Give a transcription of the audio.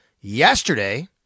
yesterday